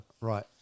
Right